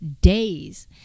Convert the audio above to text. days